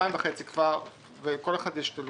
לא אני הצלחתי ולא הוא הצליח.